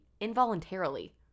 involuntarily